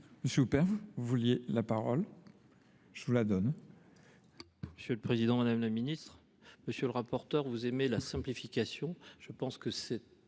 monsieur Houpert, vous vouliez la parole ? Je vous la donne. Monsieur le Président, Madame la Ministre, monsieur le rapporteur, vous aimez la simplification. Je pense que cet